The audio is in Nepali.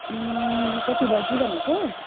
कति बजी भनेको